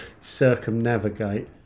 circumnavigate